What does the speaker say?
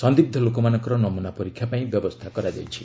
ସନ୍ଦିଗ୍ନ ଲୋକମାନଙ୍କର ନମୁନା ପରୀକ୍ଷା ପାଇଁ ବ୍ୟବସ୍ଥା କରାଯାଇଛି